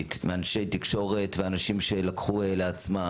אמיתית מאנשי תקשורת ואנשים שלקחו לעצמם,